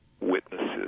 witnesses